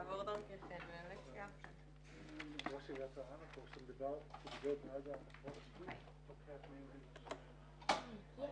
הישיבה ננעלה בשעה 13:07. +